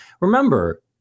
Remember